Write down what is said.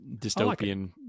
dystopian